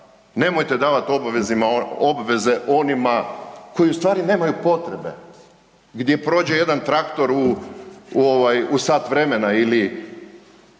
nemojte davati obveze onima koji u stvari nemaju potrebe, gdje prođe jedan traktor u, u ovaj sat vremena ili